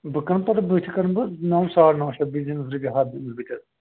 بہٕ کٕنہٕ پتہٕ بُتھِ کٕنہٕ بہٕ نَو ساڑ نَو شیٚتھ بہٕ تہِ زینَس رۅپیہِ ہَتھ زینس بہٕ تہِ حظ